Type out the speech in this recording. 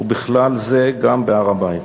ובכלל זה גם בהר-הבית.